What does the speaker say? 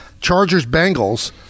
Chargers-Bengals